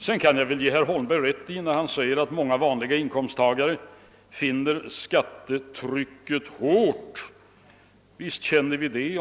Jag kan ge herr Holmberg rätt när han säger att många vanliga inkomsttagare finner skattetrycket hårt. Visst känner vi det så.